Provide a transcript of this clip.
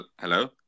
Hello